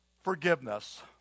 forgiveness